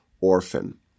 orphan